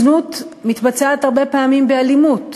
זנות מתבצעת הרבה פעמים באלימות,